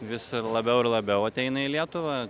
vis labiau ir labiau ateina į lietuvą